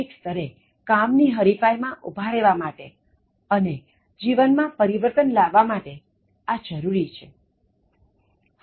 વૈશ્વિક સ્તરે કામ ની હરીફાઈ માં ઊભા રહેવા માટે અને જીવન માં પરિવર્તન લાવવા માટે આ જરૃરી છે